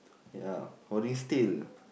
ya holding still